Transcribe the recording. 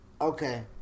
okay